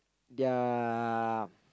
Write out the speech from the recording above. their